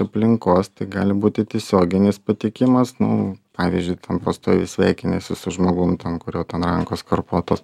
aplinkos tai gali būti tiesioginis pateikimas nu pavyzdžiui ten pastoviai sveikiniesi su žmogum ten kurio ten rankos karpuotos